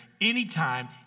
anytime